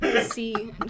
See